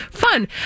fun